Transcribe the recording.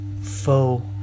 faux